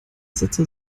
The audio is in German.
sätze